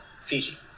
Fiji